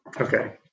okay